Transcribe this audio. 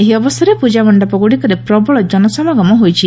ଏହି ଅବସରରେ ପ୍ରକାମଣ୍ଡପ ଗୁଡ଼ିକରେ ପ୍ରବଳ ଜନସମାଗମ ହୋଇଛି